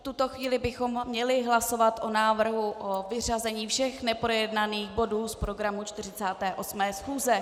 V tuto chvíli bychom měli hlasovat o návrhu na vyřazení všech neprojednaných bodů z programu 48. schůze.